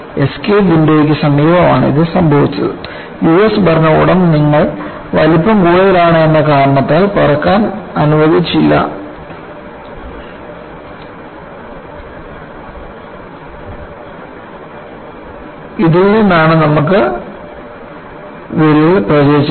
escape വിൻഡോയ്ക്ക് സമീപമാണ് ഇത് സംഭവിച്ചത് യുഎസ് ഭരണകൂടം അതിന് വലിപ്പം കൂടുതലാണ് എന്ന കാരണത്താൽ പറക്കാൻ അനുവദിച്ചില്ല ഇതിൽ നിന്നാണു നമുക്ക് വിള്ളൽ പ്രചരിച്ചത്